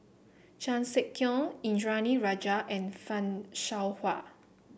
Chan Sek Keong Indranee Rajah and Fan Shao Hua